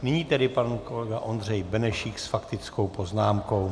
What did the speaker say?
Nyní tedy pan kolega Ondřej Benešík s faktickou poznámkou.